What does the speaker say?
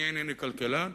אני אינני כלכלן,